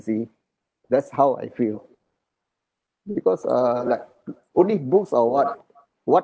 see that's how I feel because uh like only books or what what